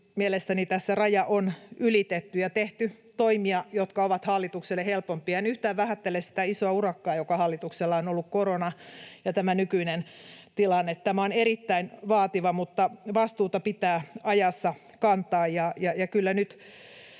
mielestäni tässä raja on ylitetty ja on tehty toimia, jotka ovat hallitukselle helpompia. En yhtään vähättele sitä isoa urakkaa, joka hallituksella on ollut, korona ja tämä nykyinen tilanne. Tämä on erittäin vaativa, mutta vastuuta pitää ajassa kantaa,